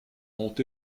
ont